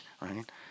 right